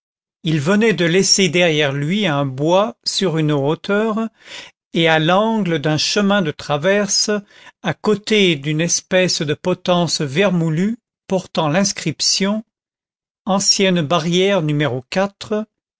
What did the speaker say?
il venait de laisser derrière lui un bois sur une hauteur et à l'angle d'un chemin de traverse à côté d'une espèce de potence vermoulue portant l'inscription ancienne barrière